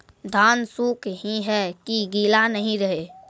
धान सुख ही है की गीला नहीं रहे?